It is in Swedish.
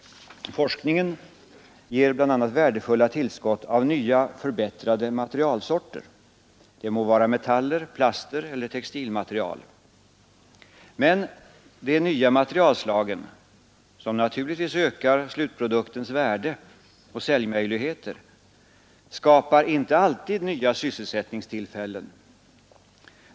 Forskningen ger bl.a. värdefulla tillskott av nya, förbättrade materialsorter — det må vara metaller, plaster eller textilmaterial. Men de nya materialslagen som naturligtvis ökar slutproduktens värde och säljmöjligheter — skapar inte alltid nya sysselsättningstillfällen.